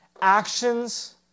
actions